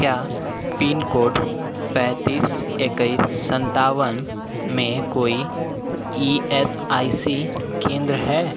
क्या pin code पैंतीस इक्कीस सत्तावन में कोई ई एस आई सी केंद्र हैं